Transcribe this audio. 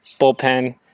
bullpen